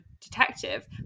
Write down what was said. detective